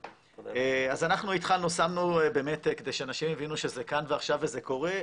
כדי שאנשים יבינו שזה כאן ועכשיו וזה קורה,